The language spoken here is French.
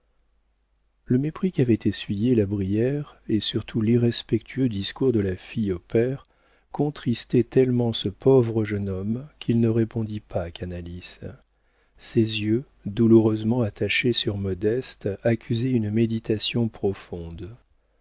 le mépris qu'avait essuyé la brière et surtout l'irrespectueux discours de la fille au père contristaient tellement ce pauvre jeune homme qu'il ne répondit pas à canalis ses yeux douloureusement attachés sur modeste accusaient une méditation profonde